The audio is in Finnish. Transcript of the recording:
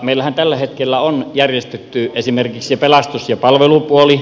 meillähän tällä hetkellä on järjestetty esimerkiksi pelastus ja palvelupuoli